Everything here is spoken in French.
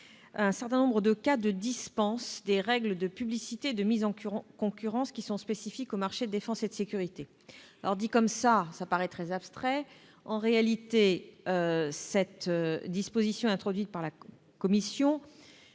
un certain nombre de cas de dispenses des règles de publicité et de mise en concurrence qui sont spécifiques au marché de défense et de sécurité. Dit ainsi, cela paraît très abstrait. En réalité, la disposition introduite par la commission